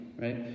right